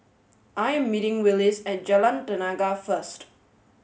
I am meeting Willis at Jalan Tenaga first